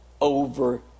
over